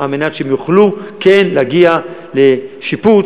כדי שיוכלו כן להגיע לשיפוץ